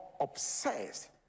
obsessed